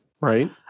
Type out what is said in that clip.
right